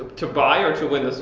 to buy or to win the so